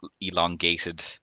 elongated